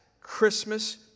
Christmas